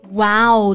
Wow